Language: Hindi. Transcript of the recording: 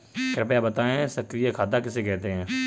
कृपया बताएँ सक्रिय खाता किसे कहते हैं?